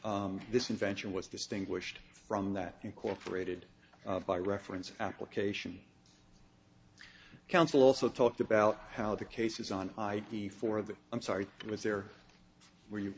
this invention was distinguished from that incorporated by reference application counsel also talked about how the case is on id for the i'm sorry it was there where you